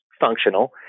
functional